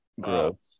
gross